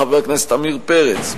חבר הכנסת עמיר פרץ.